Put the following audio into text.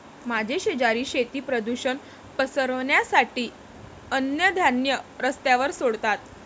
माझे शेजारी शेती प्रदूषण पसरवण्यासाठी अन्नधान्य रस्त्यावर सोडतात